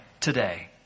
today